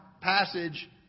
passage